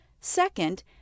Second